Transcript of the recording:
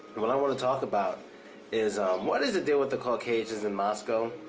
what i wanna talk about is what is the deal with the caucasians in moscow?